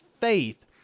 faith